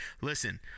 Listen